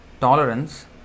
tolerance